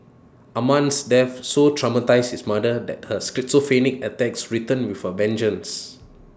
Amman's death so traumatised his mother that her schizophrenic attacks returned with A vengeance